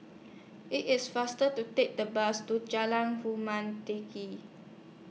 IT IS faster to Take The Bus to Jalan Tinggi